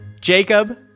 Jacob